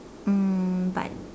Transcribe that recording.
um but